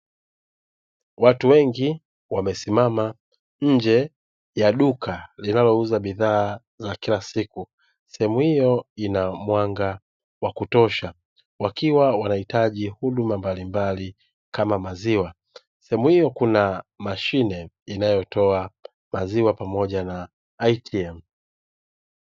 Watu wengi wamesimama nje ya duka linalouza bidhaa za kila siku, sehemu hiyoo ina mwanga wa kutosha wakiwa wanaitaji huduma mbalimbali kama maziwa, sehemu hiyo kuna mashine inayotoa maziwa pamoja na ATM.